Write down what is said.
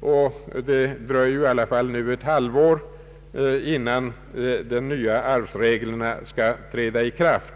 Och det dröjer i alla fall ett halvår innan de nya arvsreglerna skall träda i kraft.